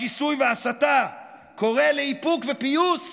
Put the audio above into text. השיסוי וההסתה קורא לאיפוק ופיוס.